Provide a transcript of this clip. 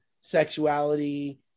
sexuality